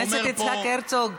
חבר הכנסת יצחק הרצוג,